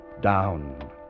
Down